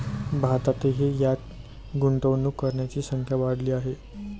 भारतातही त्यात गुंतवणूक करणाऱ्यांची संख्या वाढली आहे